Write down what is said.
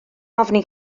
ofni